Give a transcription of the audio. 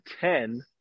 ten